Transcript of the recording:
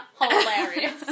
hilarious